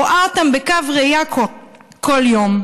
רואה אותן בקו ראייה כל יום.